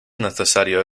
necesario